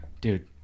dude